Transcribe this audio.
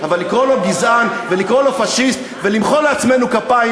אבל לקרוא לו גזען ולקרוא לו פאשיסט ולמחוא לעצמנו כפיים,